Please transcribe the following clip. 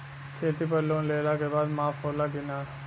खेती पर लोन लेला के बाद माफ़ होला की ना?